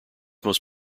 most